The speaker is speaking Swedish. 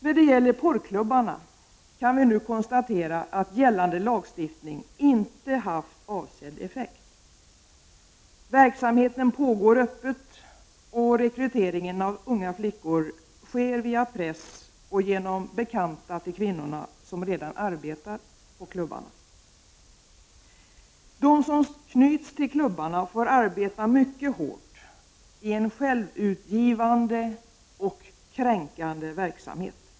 När det gäller porrklubbarna kan vi nu konstatera att gällande lagstiftning inte haft avsedd effekt. Verksamheten pågår öppet, och rekryteringen av unga flickor sker via press och genom bekanta till de kvinnor som redan arbetar på klubbarna. De som knyts till klubbarna får arbeta mycket hårt i en självutgivande och kränkande verksamhet.